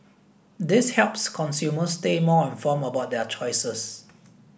this helps consumers stay more informed about their choices